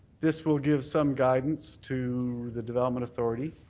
this will give some guidance to the development authority.